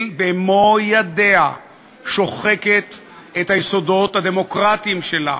במו-ידיה שוחקת את היסודות הדמוקרטיים שלה,